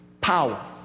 power